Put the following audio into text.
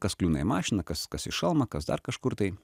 kas kliūna į mašiną kas kas į šalmą kas dar kažkur tai